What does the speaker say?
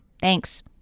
Thanks